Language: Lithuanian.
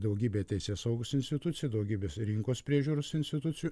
daugybė teisėsaugos institucijų daugybės rinkos priežiūros institucijų